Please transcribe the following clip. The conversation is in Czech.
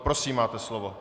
Prosím, máte slovo.